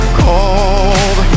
cold